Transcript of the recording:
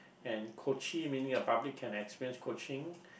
and coaching meaning the public can experience coaching